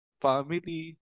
family